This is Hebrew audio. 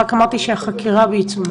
רק אמרתי שהחקירה בעיצומה.